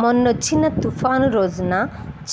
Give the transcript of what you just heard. మొన్నొచ్చిన తుఫాను రోజున